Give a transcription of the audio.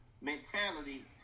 mentality